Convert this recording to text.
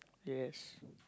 yes